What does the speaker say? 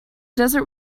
desert